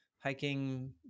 Hiking